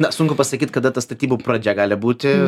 na sunku pasakyt kada ta statybų pradžia gali būti su tokiais